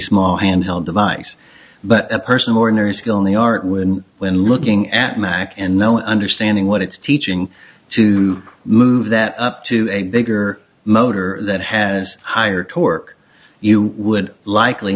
small handheld device but a person ordinary skill in the art when when looking at mack and no understanding what it's teaching to move that up to a bigger motor that has higher torque you would likely